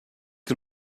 can